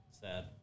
Sad